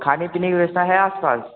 खाने पीने की व्यवस्था है आस पास